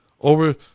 over